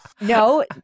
No